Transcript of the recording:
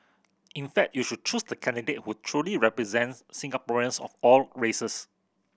in fact you should choose the candidate who truly represents Singaporeans of all races